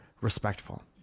respectful